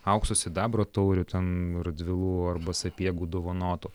aukso sidabro taurių ten radvilų arba sapiegų dovanotų